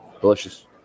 Delicious